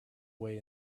way